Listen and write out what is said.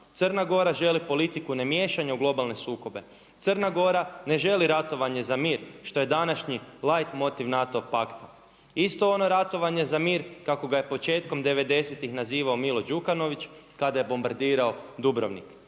Crna Gora želi politiku ne miješanja u globalne sukobe, Crna Gora ne želi ratovanje za mir što je današnji light motiv NATO pakta. Isto ono ratovanje za mir kako ga je početkom 90.tih nazivao Milo Đukanović kada je bombardirano Dubrovnik.